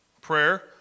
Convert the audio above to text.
Prayer